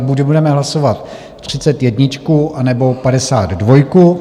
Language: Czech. Buď budeme hlasovat třicet jedničku, anebo padesát dvojku.